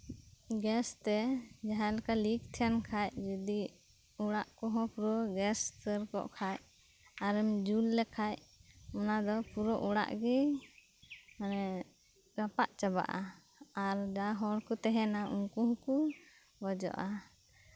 gas ᱛᱮ ᱡᱟᱸᱦᱟ ᱞᱮᱠᱟ ᱞᱤᱠ ᱛᱟᱸᱦᱮᱱ ᱠᱷᱟᱱ ᱡᱚᱫᱤ ᱚᱲᱟᱜ ᱠᱚᱸᱦᱚ ᱯᱩᱨᱟᱹ ᱜᱮᱥ ᱩᱛᱟᱹᱨ ᱠᱚ ᱠᱷᱟᱱ ᱟᱨᱮᱢ ᱡᱩᱞ ᱞᱮᱠᱷᱟᱱ ᱚᱱᱟ ᱫᱚ ᱯᱩᱨᱟᱹ ᱚᱲᱟᱜ ᱜᱮ ᱢᱟᱱᱮ ᱨᱟᱯᱟᱜ ᱪᱟᱵᱟᱜᱼᱟ ᱟᱨ ᱡᱟᱸᱦᱟᱭ ᱦᱚᱲ ᱠᱚ ᱛᱟᱸᱦᱮᱱᱟ ᱩᱱᱠᱩ ᱦᱚᱸᱠᱚ ᱜᱚᱡᱚᱜᱼᱟ